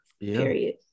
Period